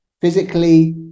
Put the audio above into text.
physically